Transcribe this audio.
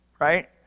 right